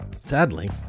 Sadly